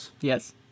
Yes